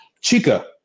Chica